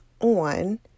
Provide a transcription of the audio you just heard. on